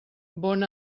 bon